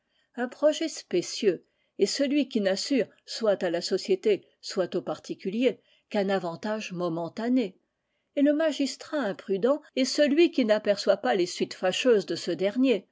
un projet spécieux est celui qui n'assure soit à la société soit aux particuliers qu'un avantage momentané et le magistrat imprudent est celui qui n'aperçoit pas les suites fâcheuses de ce dernier